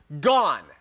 gone